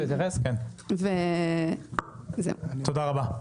תודה רבה.